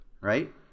Right